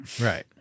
right